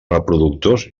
reproductors